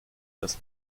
das